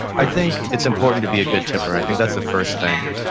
i think it's important to be a good tipper, i think that's the first thing.